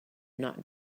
not